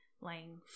laying